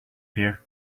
here